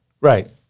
Right